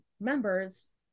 members